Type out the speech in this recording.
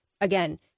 again